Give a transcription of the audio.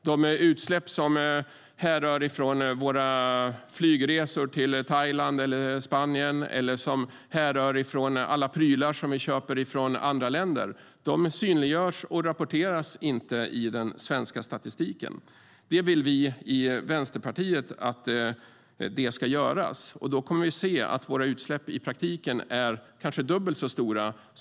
De utsläpp som härrör från våra flygresor till Thailand eller Spanien eller som härrör från alla prylar som vi köper från andra länder, de varken synliggörs eller rapporteras i den svenska statistiken. Vi i Vänsterpartiet vill att det ska göras. Då kommer vi att se att våra utsläpp i praktiken är kanske dubbelt så stora.